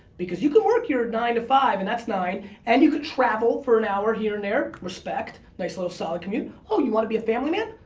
because you can work your nine to five and that's fine and you can travel for an hour here and there, respect, nice little solid commute. oh you want to be a family man?